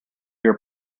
your